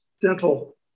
dental